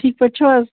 ٹھیٖک پٲٹھۍ چھُو حظ